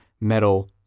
metal